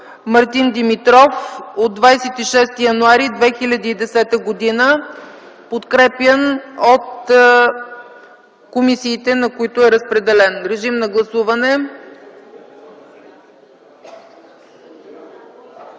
Мартин Димитров от 26 януари 2010 г., подкрепен от комисиите, на които е разпределен. Гласували